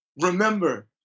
remember